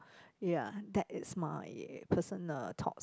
ya that is my personal thoughts